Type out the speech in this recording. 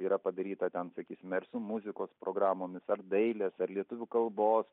yra padaryta ten sakysim ar su muzikos programomis ar dailės ar lietuvių kalbos